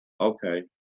Okay